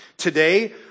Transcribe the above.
Today